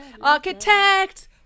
Architect